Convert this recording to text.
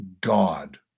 God